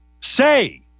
say